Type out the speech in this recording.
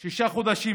שישה חודשים.